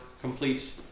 complete